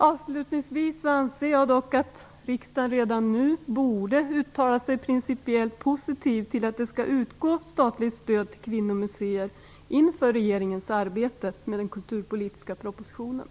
Avslutningsvis anser jag dock att riksdagen redan nu, inför regeringens arbete med den kulturpolitiska propositionen, borde uttala sig principiellt positivt till att det skall utgå statligt stöd till kvinnomuseer.